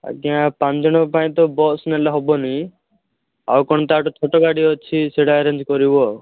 ଆଜ୍ଞା ପାଞ୍ଚ ଜଣଙ୍କ ପାଇଁ ତ ବସ୍ ନେଲେ ହେବନି ଆଉ କ'ଣ ତା'ଠୁ ଛୋଟ ଗାଡ଼ି ଅଛି ସେଇଟା ଆରେଞ୍ଜ କରିବୁ ଆଉ